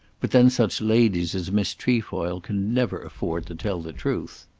but then such ladies as miss trefoil can never afford to tell the truth.